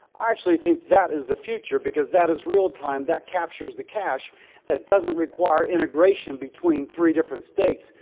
i actually think that is the future because that is real-time. that captures the cash that doesn't require integration between three different states.